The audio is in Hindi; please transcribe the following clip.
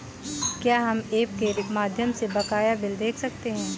क्या हम ऐप के माध्यम से बकाया बिल देख सकते हैं?